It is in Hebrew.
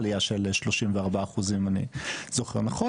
עלייה של 34% אם אני זוכר נכון.